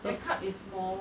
because